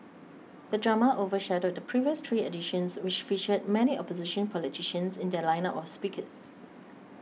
the drama overshadowed the previous three editions which featured many opposition politicians in their lineup of speakers